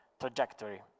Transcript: trajectory